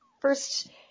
first